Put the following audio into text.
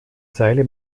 seile